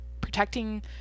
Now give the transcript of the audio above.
protecting